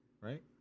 right